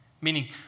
Meaning